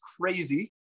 crazy